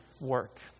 work